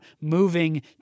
moving